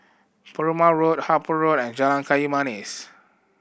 Perumal Road Harper Road and Jalan Kayu Manis